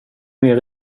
mer